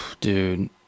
Dude